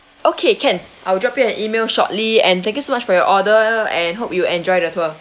okay can I will drop you an email shortly and thank you so much for your order and hope you enjoy the tour